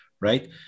right